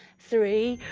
three